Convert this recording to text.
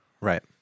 right